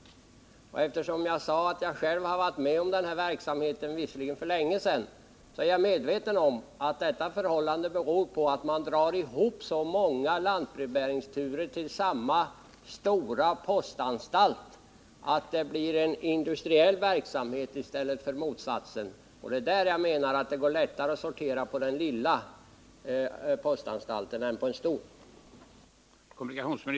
Som jag sagt har jag själv varit verksam inom detta område — visserligen för länge sedan — och jag vet att dessa svårigheter beror på att man drar ihop så många lantbrevbäringsturer till samma stora postanstalt, att sorteringen blir en form av industriell verksamhet. Jag menar att det skulle gå lättare att sortera posten på den lilla postanstalten än på en stor sådan.